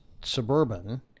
Suburban